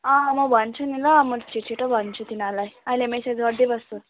अँ अब भन्छु नि ल म छिट्छिटो भन्छु तिनीहरूलाई अहिले मेसेज गर्दै बस्छु